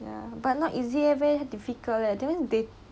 but not easier meh very difficult leh then they